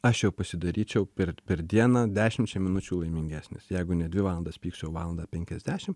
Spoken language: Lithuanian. aš jau pasidaryčiau per per dieną dešimčia minučių laimingesnis jeigu ne dvi valandas pykčiau o valandą penkiasdešim